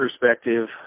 perspective